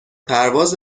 پرواز